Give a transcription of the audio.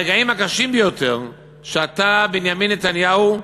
ברגעים הקשים ביותר, שאתה, בנימין נתניהו,